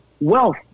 wealth